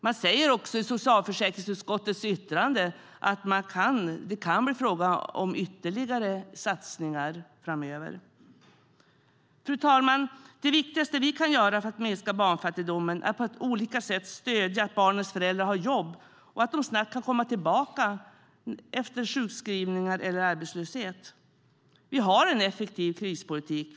Man säger också i socialförsäkringsutskottets yttrande att det kan bli fråga om ytterligare satsningar framöver. Fru talman! Det viktigaste vi kan göra för att minska barnfattigdomen är att på olika sätt stödja att barnens föräldrar har jobb och att de snabbt kan komma tillbaka efter sjukskrivningar eller arbetslöshet. Vi har en effektiv krispolitik.